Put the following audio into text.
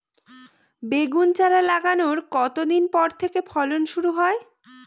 বেগুন চারা লাগানোর কতদিন পর থেকে ফলন শুরু হয়?